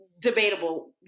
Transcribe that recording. debatable